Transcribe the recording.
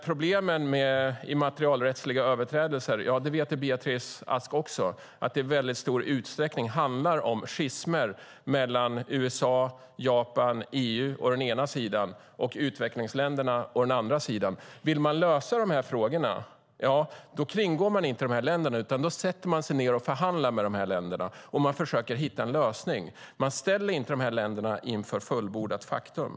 Problemen med immaterialrättsliga överträdelser handlar - det vet Beatrice Ask också - i väldigt stor utsträckning om schismer mellan å enda sidan USA, Japan och EU och utvecklingsländerna å den andra. Vill man lösa de här frågorna kan man inte kringgå dessa länder, utan då får man sätta sig ned och förhandla med dem och försöka hitta en lösning. Man ställer inte de här länderna inför fullbordat faktum!